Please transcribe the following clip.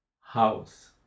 house